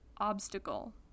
obstacle